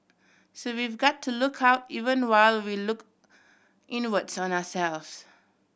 so we've got to look out even while we look inwards on ourselves